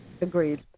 Agreed